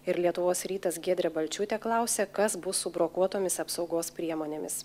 ir lietuvos rytas giedrė balčiūtė klausia kas bus su brokuotomis apsaugos priemonėmis